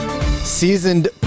Seasoned